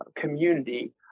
community